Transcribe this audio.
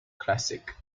classic